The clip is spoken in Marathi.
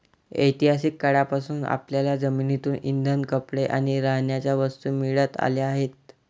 ऐतिहासिक काळापासून आपल्याला जमिनीतून इंधन, कपडे आणि राहण्याच्या वस्तू मिळत आल्या आहेत